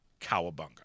Cowabunga